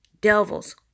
devils